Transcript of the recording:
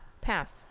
Pass